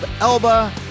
elba